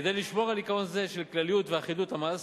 כדי לשמור על עיקרון זה של כלליות ואחידות המס,